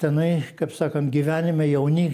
tenai kaip sakant gyvenime jauni